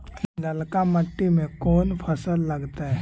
ललका मट्टी में कोन फ़सल लगतै?